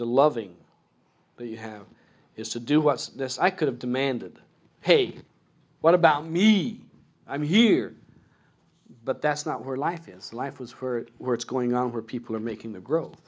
the loving you have is to do what's this i could have demanded hey what about me i'm here but that's not where life is life was for where it's going on where people are making the growth